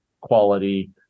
quality